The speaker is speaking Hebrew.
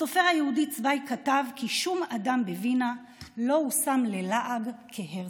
הסופר היהודי צוויג כתב כי שום אדם בווינה לא הושם ללעג כהרצל.